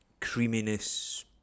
creaminess